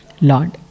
Lord